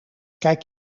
kijk